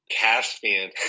Caspian